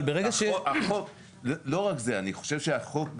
אבל ברגע שיש --- לא רק זה: אני חושב שבצדק,